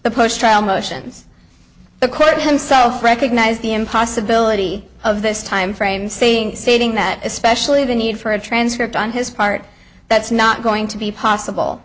the post trial motions the court himself recognize the impossibility of this time frame saying stating that especially the need for a transcript on his part that's not going to be possible